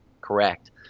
correct